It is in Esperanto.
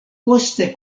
poste